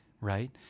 right